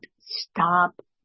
stop